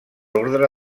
ordre